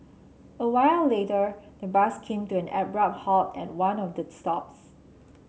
a while later the bus came to an abrupt halt at one of the stops